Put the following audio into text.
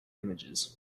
images